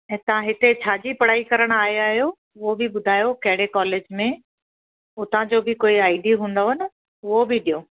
ऐं तव्हां हिते छा जी पढ़ाई करण आया आहियो उहो बि ॿुधायो कहिड़े कॉलेज में उता जो बि कोई आई डी हूंदव न उहो बि ॾियो